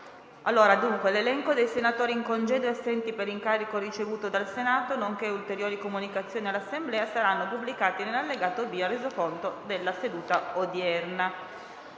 nuova finestra"). L'elenco dei senatori in congedo e assenti per incarico ricevuto dal Senato, nonché ulteriori comunicazioni all'Assemblea saranno pubblicati nell'allegato B al Resoconto della seduta odierna.